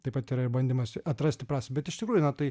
taip pat yra ir bandymas atrasti prasmę bet iš tikrųjų na tai